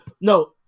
No